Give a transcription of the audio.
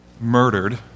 murdered